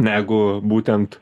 negu būtent